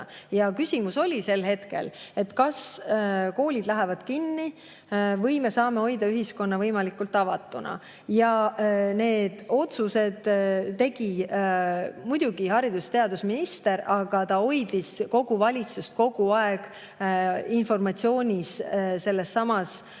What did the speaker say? Küsimus oli sel hetkel see, kas koolid lähevad kinni või me saame hoida ühiskonna võimalikult avatuna. Need otsused tegi muidugi haridus‑ ja teadusminister, aga ta hoidis kogu valitsust kogu aeg sellesama